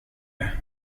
det